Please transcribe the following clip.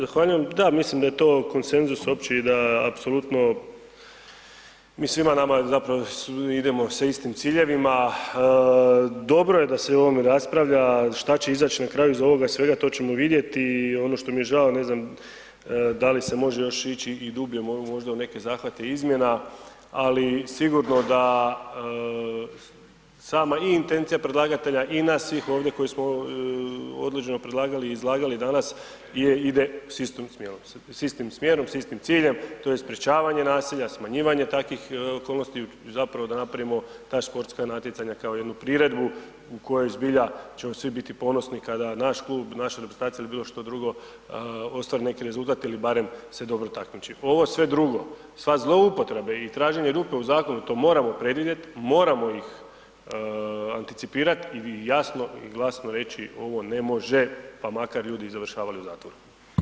Zahvaljujem, zahvaljujem, da mislim da je to konsenzus opći i da apsolutno i svima nama zapravo idemo sa istim ciljevima, dobro je da se o ovome raspravlja, šta će izać na kraju iz ovoga svega to ćemo vidjeti i ono što mi je žao, ne znam, da li se može još ići i dublje možda u neke zahvate izmjena, ali sigurno da sama i intencija predlagatelja i nas svih ovdje koji smo određeno predlagali i izlagali danas je, ide s istim smjerom, s istim smjerom, s istim ciljem, to je sprječavanje nasilja, smanjivanje takvih okolnosti i zapravo da napravimo ta sportska natjecanja kao jednu priredbu u kojoj zbilja ćemo svi biti ponosni kada naš klub, naša reprezentacija ili bilo što drugo ostvare neki rezultat ili barem se dobro takmiči, ovo sve drugo, sva zloupotrebe i traženje rupe u zakonu, to moramo predvidjet, moramo ih anticipirat i jasno i glasno reći ovo ne može, pa makar ljudi i završavali u zatvoru.